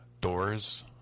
Doors